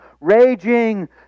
Raging